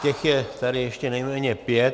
Těch je tady ještě nejméně pět.